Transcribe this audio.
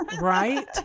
Right